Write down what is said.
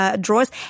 drawers